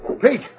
Pete